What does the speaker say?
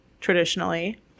traditionally